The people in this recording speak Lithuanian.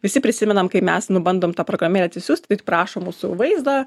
visi prisimenam kai mes nu bandom tą programėlę atsisiųst ir prašo mūsų vaizdo